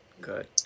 Good